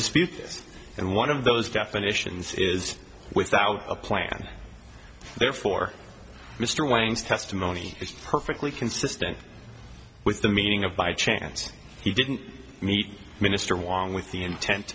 dispute this and one of those definitions is without a plan therefore mr wang's testimony is perfectly consistent with the meaning of by chance he didn't meet mr wong with the intent